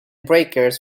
breakers